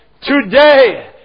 Today